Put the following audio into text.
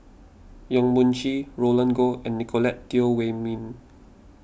Yong Mun Chee Roland Goh and Nicolette Teo Wei Min